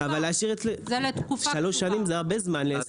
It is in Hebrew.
-- אבל להשאיר , שלוש שנים זה הרבה זמן לעסק.